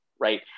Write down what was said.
right